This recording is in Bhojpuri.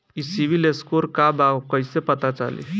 ई सिविल स्कोर का बा कइसे पता चली?